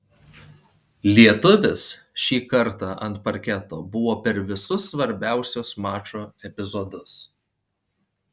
lietuvis šį kartą ant parketo buvo per visus svarbiausius mačo epizodus